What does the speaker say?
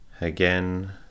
Again